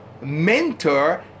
mentor